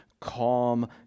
calm